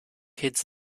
kids